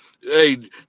hey